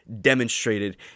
demonstrated